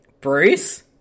Bruce